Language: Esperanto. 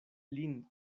lin